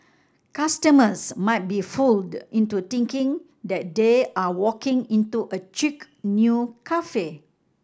customers might be fooled into thinking that they are walking into a chic new cafe